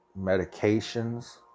medications